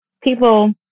people